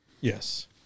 Yes